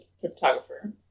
photographer